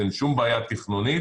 אין שום בעיה של תכנון.